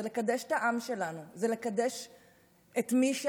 זה לקדש את העם שלנו,